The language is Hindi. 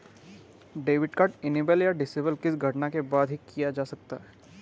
डेबिट कार्ड इनेबल या डिसेबल किसी घटना के बाद ही किया जा सकता है